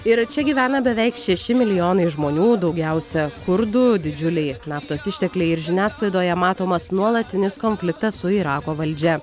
ir čia gyvena beveik šeši milijonai žmonių daugiausia kurdų didžiuliai naftos ištekliai ir žiniasklaidoje matomas nuolatinis konfliktas su irako valdžia